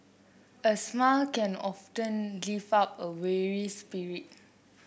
a smile can often lift up a weary spirit